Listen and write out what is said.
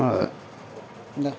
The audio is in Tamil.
அவ்வளவுதான் இந்த